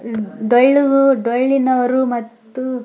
ಡೊಳ್ಳು ಡೊಳ್ಳಿನವರು ಮತ್ತು